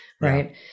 right